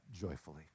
joyfully